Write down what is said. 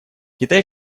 китай